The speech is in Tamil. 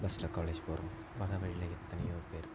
பஸ்ஸில் காலேஜ் போகிறோம் வர வழியில் எத்தனையோ பேர்